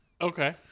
Okay